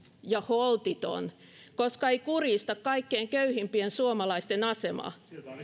ja holtiton koska ei kurjista kaikkein köyhimpien suomalaisten asemaa